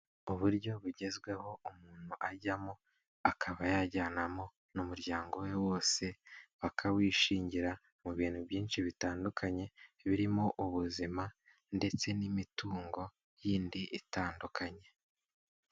Uburyo bugezweho umuntu ajyamo akaba yajyanamo n'umuryango we wose bakawishingira mu bintu byinshi bitandukanye, birimo ubuzima ndetse n'imitungo yindi itandukanye.